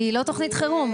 היא לא תוכנית חירום.